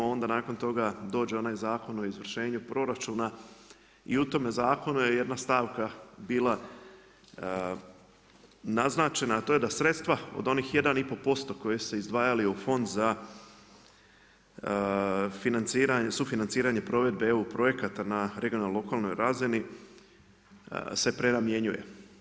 Onda nakon toga dođe onaj Zakon o izvršenju proračuna i u tome zakonu je jedna stavka bila naznačena, a to je da sredstva od onih 1 i pol posto koje ste izdvajali u Fond za sufinanciranje provedbe EU projekata na regionalnoj lokalnoj razini se prenamjenjuje.